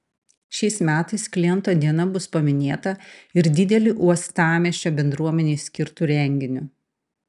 šiais metais kliento diena bus paminėta ir dideliu uostamiesčio bendruomenei skirtu renginiu